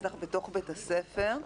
בטח בתוך בית הספר.